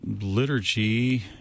liturgy